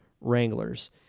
Wranglers